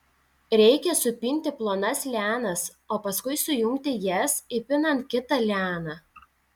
reikia supinti plonas lianas o paskui sujungti jas įpinant kitą lianą